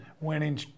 winning